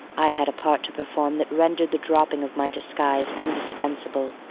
i had a part to perform that rendered the dropping of my disguise indispensable.